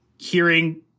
hearing